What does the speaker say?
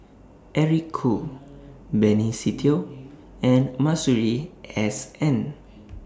Eric Khoo Benny Se Teo and Masuri S N